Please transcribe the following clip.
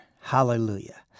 hallelujah